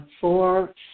four